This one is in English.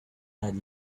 had